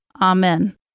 Amen